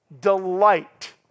Delight